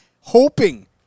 hoping